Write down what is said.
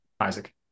Isaac